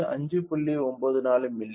94 milli